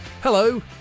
Hello